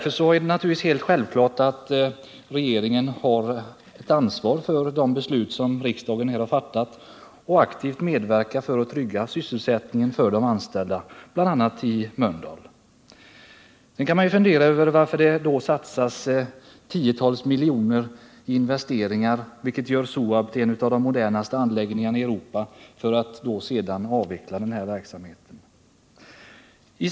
Regeringen har därför ett ansvar för att det beslut som riksdagen har fattat verkställs och måste därför aktivt medverka till att trygga sysselsättningen för de anställda. Men det hindrar inte att man naturligtvis kan fundera över varför det har investerats tiotals miljoner i SOAB, så att anläggningen nu är en av de modernaste i Europa, när man sedan vill avveckla verksamheten där.